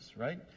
right